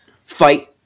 fight